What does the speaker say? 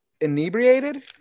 inebriated